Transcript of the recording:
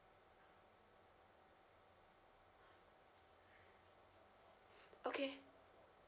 okay